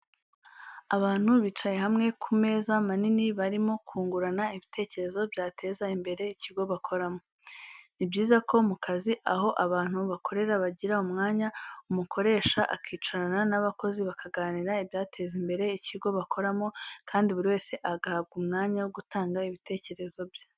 Abantu bicaye hamwe ku meza manini barimo kungurana ibitekerezo byateza imbere ikigo bakoramo. Ni byiza ko mu kazi aho abantu bakorera bagira umwanya umukoresha akicarana n'abakozi bakaganira ibyateza imbere ikigo bakoramo kandi buri wese agahabwa umwanya wo gutanga ibitekerezo bye.